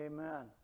Amen